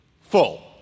full